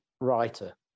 writer